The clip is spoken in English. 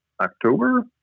October